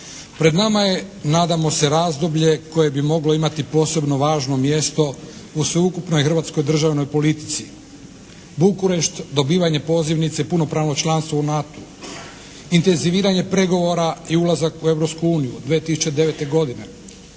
Pred nama je, nadamo se razdoblje koje bi moglo imati posebno važno mjesto u sveukupnoj hrvatskoj državnoj politici. Bukurešt, dobivanje pozivnice, punopravno članstvo u NATO, inteziviranje pregovora i ulazak u Europsku uniju